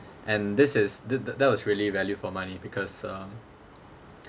and this is tha~ that was really value for money because um